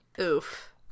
oof